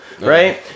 right